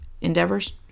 endeavors